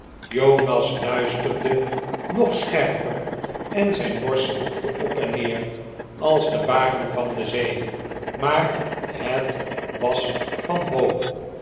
jonas luisterde nog scherper en zijn borst zwoegde op en neer als de baren van de zee maar het was van hoop